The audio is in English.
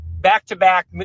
back-to-back